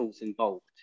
involved